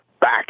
back